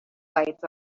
bites